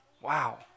Wow